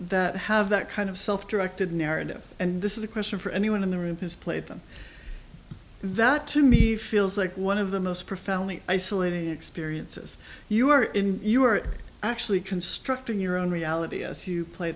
that have that kind of self directed narrative and this is a question for anyone in the room has played them that to me feels like one of the most profoundly isolating experiences you are in you are actually constructing your own reality as who play